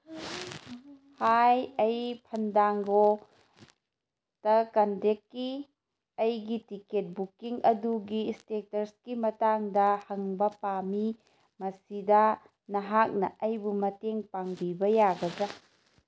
ꯍꯥꯏ ꯑꯩ ꯐꯟꯗꯥꯡꯒꯣꯇ ꯀꯟꯗꯦꯛꯀꯤ ꯑꯩꯒꯤ ꯇꯤꯀꯦꯠ ꯕꯨꯀꯤꯡ ꯑꯗꯨꯒꯤ ꯏꯁꯇꯦꯇꯁꯀꯤ ꯃꯇꯥꯡꯗ ꯍꯪꯕ ꯄꯥꯝꯃꯤ ꯃꯁꯤꯗ ꯅꯍꯥꯛꯅ ꯑꯩꯕꯨ ꯃꯇꯦꯡ ꯄꯥꯡꯕꯤꯕ ꯌꯥꯒꯗ꯭ꯔꯥ